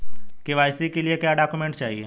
KYC के लिए क्या क्या डॉक्यूमेंट चाहिए?